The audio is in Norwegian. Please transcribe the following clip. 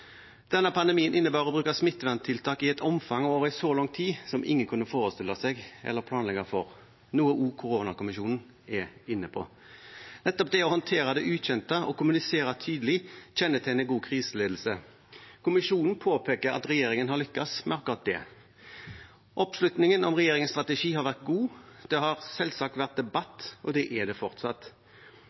Denne pandemien innebærer bruk av smitteverntiltak i et omfang og over så lang tid at ingen kunne forestille seg eller planlegge for det, noe også koronakommisjonen er inne på. Men nettopp det å håndtere det ukjente og kommunisere tydelig kjennetegner god kriseledelse, og kommisjonen påpeker at regjeringen har lyktes med akkurat det. Oppslutningen om regjeringens strategi har vært god. Det har selvsagt vært debatt, og det er det fortsatt.